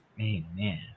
Amen